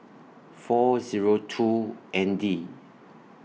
four Zero two N D